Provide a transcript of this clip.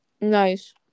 Nice